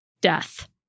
Death